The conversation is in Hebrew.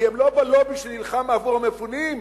כי הם לא בלובי שנלחם עבור המפונים?